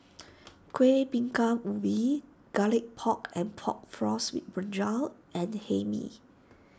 Kuih Bingka Ubi Garlic Pork and Pork Floss with Brinjal and Hae Mee